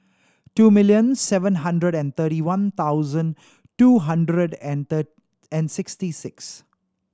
two million seven hundred and thirty one thousand two hundred and and sixty six